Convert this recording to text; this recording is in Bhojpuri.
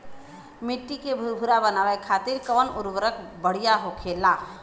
मिट्टी के भूरभूरा बनावे खातिर कवन उर्वरक भड़िया होखेला?